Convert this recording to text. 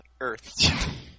Earth